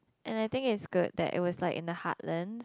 and I think it's good that it was like in the heartlands